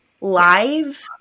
live